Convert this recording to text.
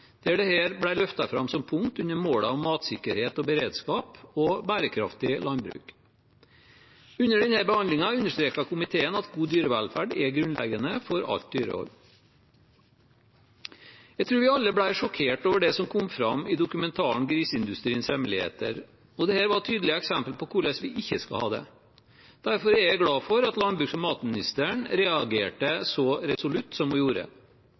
fram som punkter under målene om matsikkerhet og beredskap og bærekraftig landbruk. Under denne behandlingen understreket komiteen at god dyrevelferd er grunnleggende for alt dyrehold. Jeg tror vi alle ble sjokkert over det som kom fram i dokumentaren «Griseindustriens hemmeligheter», og dette var tydelige eksempler på hvordan vi ikke skal ha det. Derfor er jeg glad for at landbruks- og matministeren reagerte så resolutt som hun gjorde.